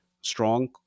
strong